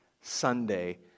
Sunday